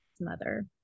mother